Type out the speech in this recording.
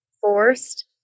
forced